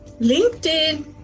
linkedin